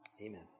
amen